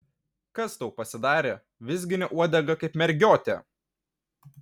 kas tau pasidarė vizgini uodegą kaip mergiotė